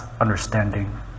understanding